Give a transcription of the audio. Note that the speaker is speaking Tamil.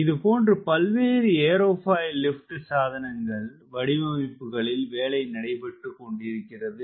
இதுபோன்று பல்வேறு ஏரோபாயில் லிப்ட் சாதனங்கள் வடிவமைப்புகளில் வேலை நடைபெற்றுக்கொண்டிருக்கிறது